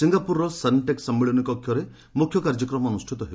ସିଙ୍ଗାପୁରର Suntec ସମ୍ମିଳନୀ କକ୍ଷରେ ମୁଖ୍ୟ କାର୍ଯ୍ୟକ୍ରମ ଅନୁଷ୍ଠିତ ହେବ